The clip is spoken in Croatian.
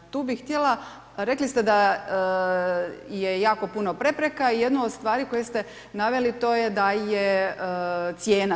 Tu bih htjela, rekli ste da je jako puno prepreka i jednu od stvari koju ste naveli to je da je, cijena.